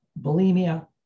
bulimia